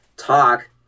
Talk